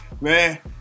Man